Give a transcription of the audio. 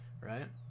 right